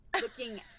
looking